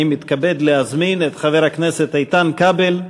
אני מתכבד להזמין את חבר הכנסת איתן כבל.